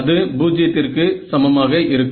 அது 0 க்கு சமமாக இருக்கும்